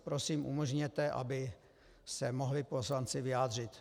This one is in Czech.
Prosím, umožněte, aby se mohli poslanci vyjádřit.